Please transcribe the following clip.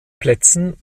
plätzen